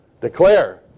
declare